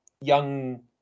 young